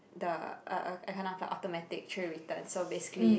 the a a kind of the automatic tray return so basically